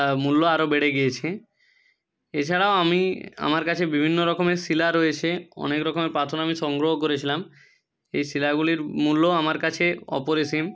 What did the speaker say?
মূল্য আরো বেড়ে গিয়েছে এছাড়াও আমি আমার কাছে বিভিন্ন রকমের শিলা রয়েছে অনেক রকমের পাথর আমি সংগ্রহ করেছিলাম এই শিলাগুলির মূল্য আমার কাছে অপরিসীম